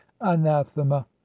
anathema